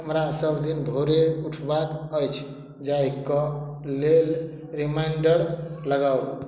हमरा सब दिन भोरे उठबाक अछि जाहिके लेल रिमाइंडर लगाउ